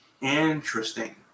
Interesting